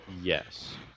yes